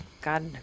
God